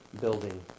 building